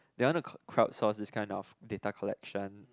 they want to crowdsource this kind of data collection